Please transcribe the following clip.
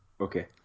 okay